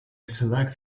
select